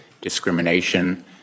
discrimination